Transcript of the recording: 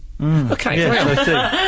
Okay